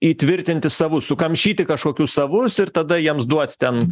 įtvirtinti savus sukamšyti kažkokius savus ir tada jiems duoti ten